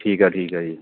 ਠੀਕ ਹੈ ਠੀਕ ਹੈ ਜੀ